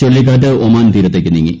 ചുഴലിക്കാറ്റ് ഒമാൻ തീരത്തേക്ക് നീങ്ങി